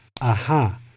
aha